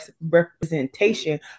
representation